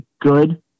good